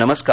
नमस्कार